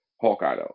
Hawkeye